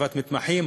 הוספת מתמחים,